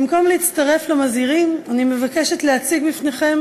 במקום להצטרף למזהירים, אני מבקשת להציג בפניכם